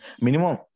minimum